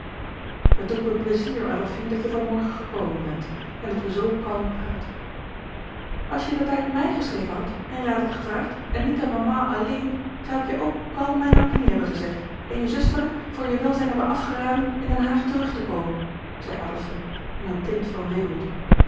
het doet me pleizier adolfine dat je van morgen gekomen bent en dat we zoo kalm praten als je in der tijd mij geschreven had en raad had gevraagd en niet aan mama alleen zoû ik je ook kalm mijn opinie hebben gezegd en je zusterlijk voor je welzijn hebben afgeraden in den haag terug te komen zei adolfine met een tint van weemoed